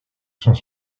sont